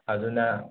ꯑꯗꯨꯅ